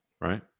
Right